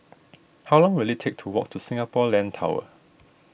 how long will it take to walk to Singapore Land Tower